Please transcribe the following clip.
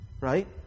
Right